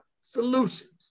Solutions